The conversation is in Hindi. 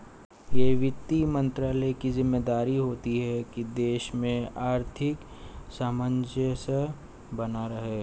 यह वित्त मंत्रालय की ज़िम्मेदारी होती है की देश में आर्थिक सामंजस्य बना रहे